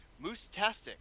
moose-tastic